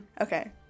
Okay